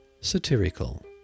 satirical